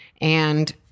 and-